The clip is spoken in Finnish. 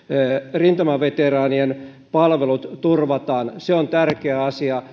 rintamaveteraanien palvelut turvataan se on tärkeä asia